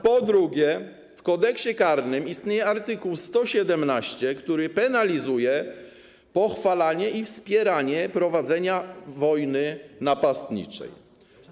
Po drugie, w Kodeksie karnym istnieje art. 117, który penalizuje pochwalanie i wspieranie prowadzenia wojny napastniczej.